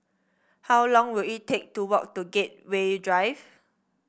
how long will it take to walk to Gateway Drive